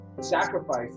sacrifice